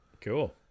Cool